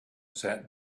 sat